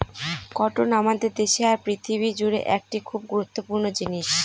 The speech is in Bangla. কটন আমাদের দেশে আর পৃথিবী জুড়ে একটি খুব গুরুত্বপূর্ণ জিনিস